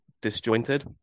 disjointed